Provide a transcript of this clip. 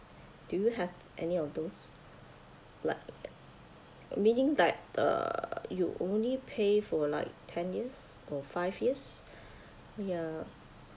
do you have any of those like meaning like uh you only pay for like ten years or five years ya